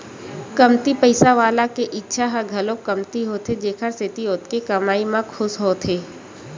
कमती पइसा वाला के इच्छा ह घलो कमती होथे जेखर सेती ओतके कमई म खुस होथे